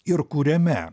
ir kuriame